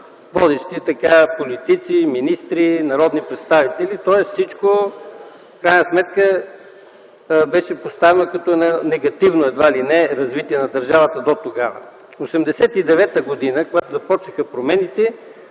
водещи политици, министри, народни представители, тоест всичко в крайна сметка беше поставено като негативно едва ли не развитие на държавата дотогава. В 1989 г., когато започнаха промените